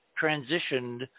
transitioned